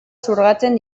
xurgatzen